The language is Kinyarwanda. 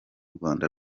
rwanda